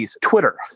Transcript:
Twitter